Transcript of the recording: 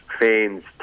fans